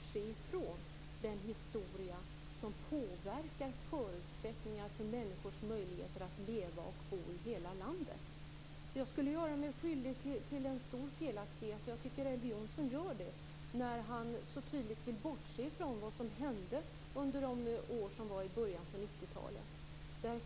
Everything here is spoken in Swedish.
ifrån den historia som påverkar förutsättningar för människors möjligheter att leva och bo i hela landet. Jag skulle göra mig skyldig till en stor felaktighet. Jag tycker att Elver Jonsson gör det när han så tydligt vill bortse ifrån vad som hände under åren i början på 90 talet.